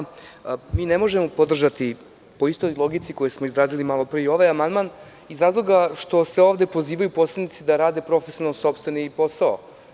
Mi ne možemo podržati, po istoj logici koju smo i malopre izrazili i ovaj amandman, iz razloga što se ovde pozivaju posrednici da rade profesionalno sopstveni posao.